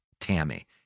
Tammy